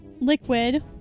liquid